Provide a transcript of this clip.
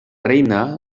reina